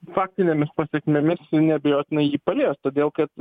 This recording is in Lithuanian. faktinėmis pasekmėmis neabejotinai jį palies todėl kad